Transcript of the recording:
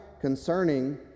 concerning